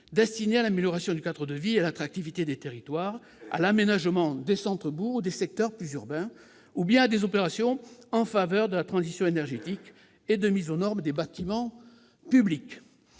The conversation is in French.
destinés à l'amélioration du cadre de vie et à l'attractivité des territoires, à l'aménagement des centres-bourgs ou des secteurs plus urbains, ou bien à des opérations en faveur de la transition énergétique et de mise aux normes des bâtiments publics.